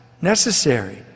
necessary